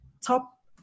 top